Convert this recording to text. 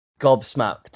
gobsmacked